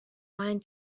mind